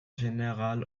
général